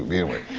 um anyway.